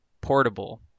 portable